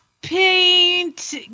Paint